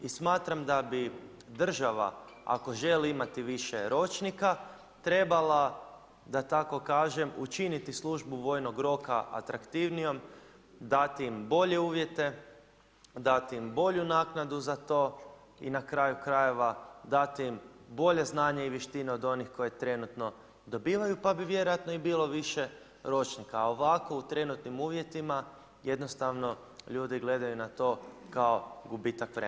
I smatram da bi država ako želi imati više ročnika trebala da tako kažem učiniti službu vojnog roka atraktivnijom, dati im bolje uvjete, dati im bolju naknadu za to i na kraju krajeva, dati im bolje znanje i vještine od onih koje trenutno dobivaju pa bi vjerovatno i bilo više ročnika a ovako u trenutnim uvjetima jednostavno ljudi gledaju na to kao gubitak vremena.